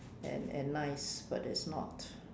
and and nice but it's not